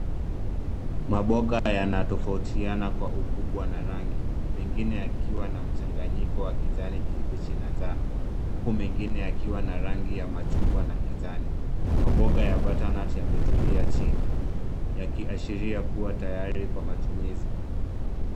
Maboga yanatofautiana kwa ukubwa na rangi, mengine yakiwa na mchanganyilo wa kijani kibichi na njano, huku mengine yakiwa na rangi ya machungwa na kijani. Maboga ya butternut yametulia chini yakiashiria kuwa tayari kwa matumizi.